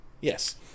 Yes